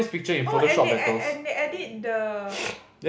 oh and they and and and they edit the